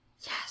Yes